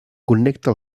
connecta